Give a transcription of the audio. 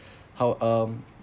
how um